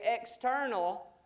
external